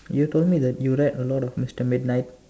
you told me that you read a lot of mister midnight